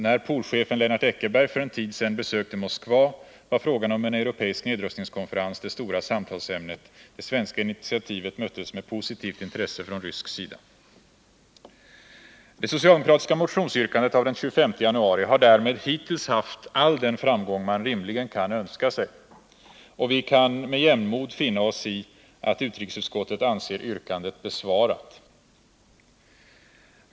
När polchefen Lennart Eckerberg för en tid sedan besökte Moskva var frågan om en europeisk nedrustningskonferens det stora samtalsämnet. Det svenska initiativet möttes med positivt intresse från rysk sida. Det socialdemokratiska motionsyrkandet av den 25 januari har därmed hittills haft all den framgång man rimligen kan önska sig, och vi kan med jämnmod finna oss i att utrikesutskottet anser yrkandet besvarat.